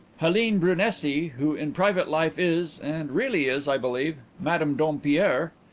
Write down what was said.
helene brunesi, who in private life is and really is, i believe madame dompierre,